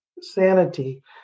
sanity